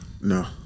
No